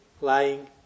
lying